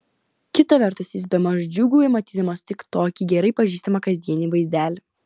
kita vertus jis bemaž džiūgauja matydamas tik tokį gerai pažįstamą kasdienį vaizdelį